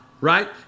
right